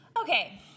Okay